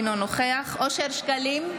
אינו נוכח אושר שקלים,